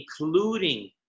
including